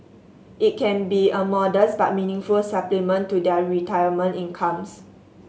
it can be a modest but meaningful supplement to their retirement incomes